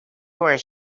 where